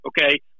okay